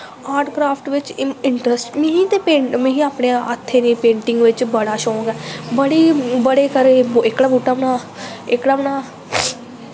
art craft बिच्च interest नेंई हा ते में आपैं हत्थें दी पेंटिंग बिच्च बड़ा शौंक ऐ बड़ें घरें एह्कड़ा बूह्दा बना एह्कड़ा बना